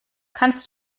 kannst